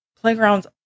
playgrounds